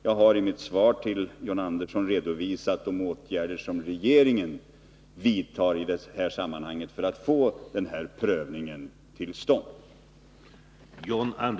Jag har i mitt svar till John Andersson redovisat de åtgärder som regeringen vidtar i detta sammanhang för att få denna prövning till stånd.